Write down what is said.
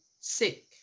sick